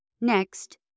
Next